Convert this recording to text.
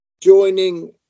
joining